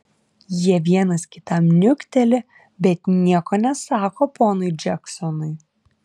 jie vienas kitam niukteli bet nieko nesako ponui džeksonui